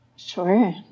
Sure